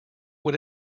what